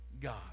God